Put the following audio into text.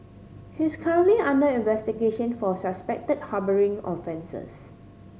he is currently under investigation for suspected harbouring offences